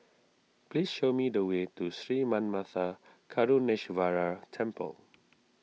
please show me the way to Sri Manmatha Karuneshvarar Temple